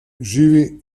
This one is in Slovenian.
živi